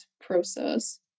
process